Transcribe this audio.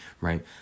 right